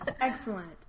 Excellent